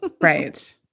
Right